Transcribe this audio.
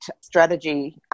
strategy